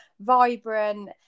vibrant